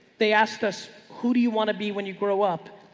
they asked us, who do you want to be when you grow up?